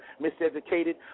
miseducated